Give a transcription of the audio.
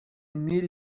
need